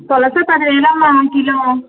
పులస పదివేలమ్మ కిలో